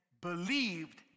believed